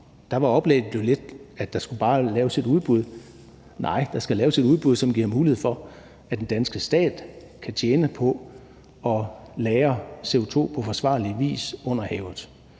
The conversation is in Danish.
laves et udbud. Nej, der skal laves et udbud, som giver mulighed for, at den danske stat kan tjene på at lagre CO2 på forsvarlig vis under havet.